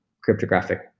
cryptographic